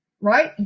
right